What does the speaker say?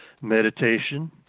meditation